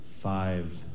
Five